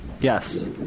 Yes